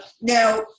now